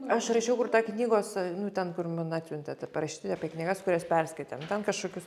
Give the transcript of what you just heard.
aš rašiau kur ta knygos nu ten kur man atsiuntėt ir parašyti apie knygas kurias perskaitė nu ten kažkokius